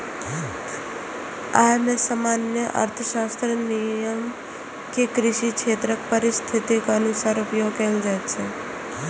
अय मे सामान्य अर्थशास्त्रक नियम कें कृषि क्षेत्रक परिस्थितिक अनुसार उपयोग कैल जाइ छै